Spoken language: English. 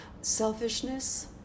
Selfishness